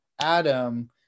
adam